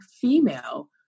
female